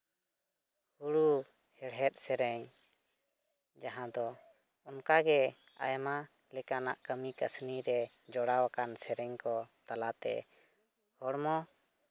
ᱦᱩᱲᱩ ᱦᱮᱲᱦᱮᱫ ᱥᱮᱨᱮᱧ ᱡᱟᱦᱟᱸ ᱫᱚ ᱚᱱᱠᱟᱜᱮ ᱟᱭᱢᱟ ᱞᱮᱠᱟᱱᱟᱜ ᱠᱟᱹᱢᱤ ᱠᱟᱹᱥᱱᱤᱨᱮ ᱡᱚᱲᱟᱣ ᱟᱠᱟᱱ ᱥᱮᱨᱮᱧ ᱠᱚ ᱛᱟᱞᱟᱛᱮ ᱦᱚᱲᱢᱚ